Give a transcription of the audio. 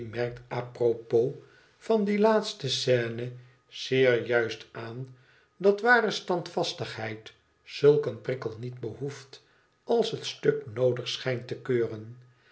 propos van die laatste scène zeer juist aan dat ware standvastigheid zulk een prikkel niet behoeft als het stuk noodig schijnt te keuren